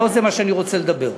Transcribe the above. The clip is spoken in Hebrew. לא זה מה שאני רוצה לומר.